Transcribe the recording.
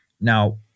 Now